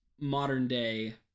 modern-day